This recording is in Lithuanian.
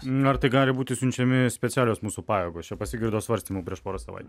ar tai gali būti siunčiami specialios mūsų pajėgos čia pasigirdo svarstymų prieš porą savaičių